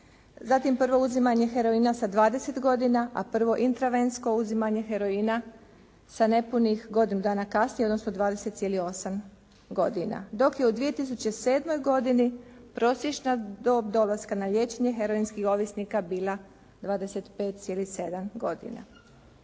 Zatim prvo uzimanje heroina sa 20 godina, a prvo intravensko uzimanje heroina sa nepunih godinu dana kasnije odnosno 20,8 godina dok je u 2007. godini prosječna dob dolaska na liječenje heroinskih ovisnika bila 25,7 godina.